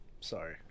sorry